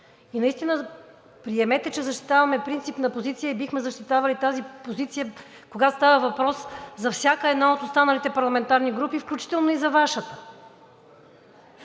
Наистина приемете, че защитаваме принципна позиция и бихме защитавали тази позиция, когато става въпрос за всяка една от останалите парламентарни групи, включително и за Вашата.